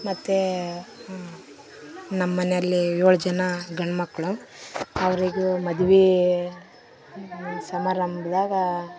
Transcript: ಮತ್ತು ನಮ್ಮಮನೆಯಲ್ಲಿ ಏಳು ಜನ ಗಂಡುಮಕ್ಳು ಅವರಿಗು ಮದುವೆ ಸಮಾರಂಭ್ದಾಗ